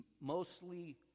mostly